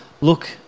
look